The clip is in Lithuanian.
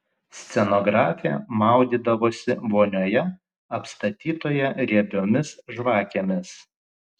scenografė maudydavosi vonioje apstatytoje riebiomis žvakėmis